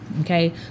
Okay